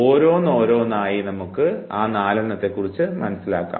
ഓരോന്നോരോന്നായി നമുക്ക് ആ നലെണ്ണത്തെക്കുറിച്ച് മനസ്സിലാക്കാം